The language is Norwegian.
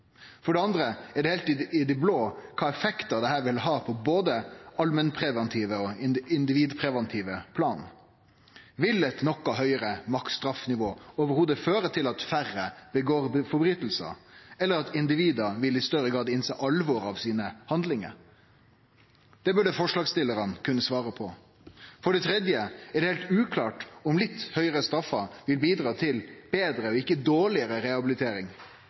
For det andre er det heilt i det blå kva for effektar dette vil ha på både allmennpreventive og individpreventive plan. Vil eit noko høgare maksimumsstraffenivå i det heile føre til at færre gjer brotsverk, eller til at individ i større grad vil innsjå alvoret i handlingane sine? Det burde forslagsstillarane kunne svare på. For det tredje er det heilt uklart om litt høgare straffer vil bidra til betre og ikkje dårlegare rehabilitering.